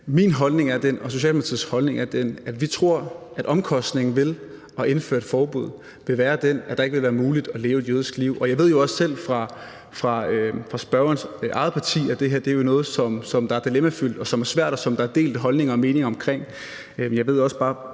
holdning er den, at vi tror, at omkostningen ved at indføre et forbud vil være den, at det ikke vil være muligt at leve et jødisk liv. Jeg ved jo også selv fra spørgerens eget parti, at det her jo er noget, som er dilemmafyldt, og som er svært, og som der er delte holdninger og meninger omkring.